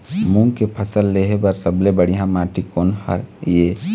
मूंग के फसल लेहे बर सबले बढ़िया माटी कोन हर ये?